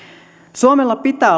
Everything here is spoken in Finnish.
suomella pitää